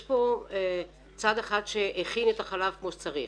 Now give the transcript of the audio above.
יש כאן צד אחד שהכין את החלב כמו שצריך